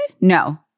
No